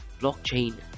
blockchain